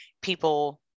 people